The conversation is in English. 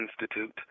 Institute